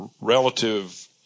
relative